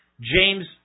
James